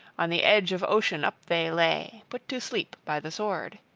on the edge of ocean up they lay, put to sleep by the sword.